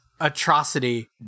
atrocity